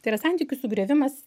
tai yra santykių sugriovimas